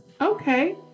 okay